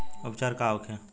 उपचार का होखे?